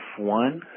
F1